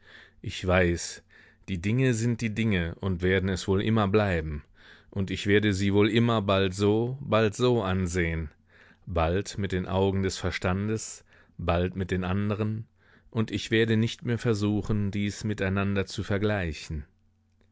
ich weiß die dinge sind die dinge und werden es wohl immer bleiben und ich werde sie wohl immer bald so bald so ansehen bald mit den augen des verstandes bald mit den anderen und ich werde nicht mehr versuchen dies miteinander zu vergleichen